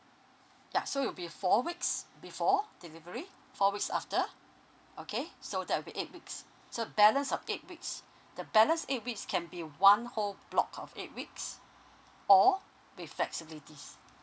ya so it'll be four weeks before delivery four weeks after okay so that'll be eight weeks so balance of eight weeks the balance eight weeks can be one whole block of eight weeks or with flexibilities